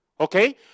Okay